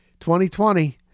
2020